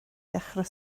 ddechrau